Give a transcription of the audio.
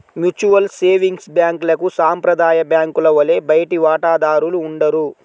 mutual savings బ్యాంక్లకు సాంప్రదాయ బ్యాంకుల వలె బయటి వాటాదారులు ఉండరు